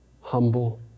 humble